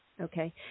Okay